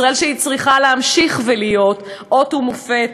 ישראל צריכה להמשיך להיות אות ומופת,